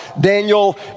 Daniel